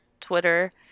Twitter